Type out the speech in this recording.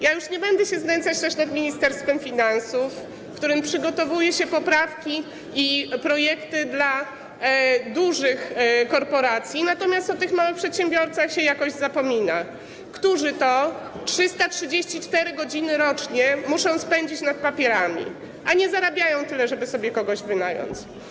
Ja już nie będę się znęcać nad Ministerstwem Finansów, w którym przygotowuje się poprawki i projekty dla dużych korporacji, natomiast jakoś zapomina się o tych małych przedsiębiorcach, którzy 334 godziny rocznie muszą spędzić nad papierami, a nie zarabiają tyle, żeby sobie kogoś wynająć.